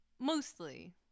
mostly